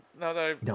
No